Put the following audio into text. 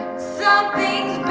so please